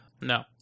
No